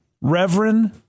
reverend